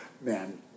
man